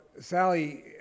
Sally